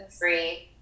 free